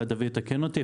אולי דוד יתקן אותי,